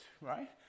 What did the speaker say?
right